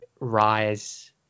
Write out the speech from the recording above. rise